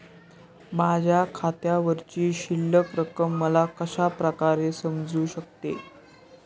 माझ्या खात्यावरची शिल्लक रक्कम मला कशा प्रकारे समजू शकते?